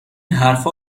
حرفها